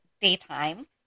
Daytime